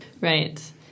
Right